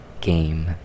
game